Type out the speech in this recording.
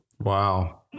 Wow